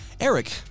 Eric